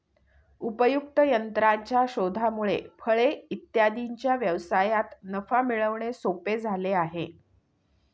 उपयुक्त यंत्राच्या शोधामुळे फळे इत्यादींच्या व्यवसायात नफा मिळवणे सोपे झाले आहे